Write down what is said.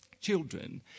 children